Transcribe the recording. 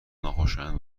ناخوشایند